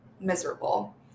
miserable